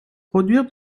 produire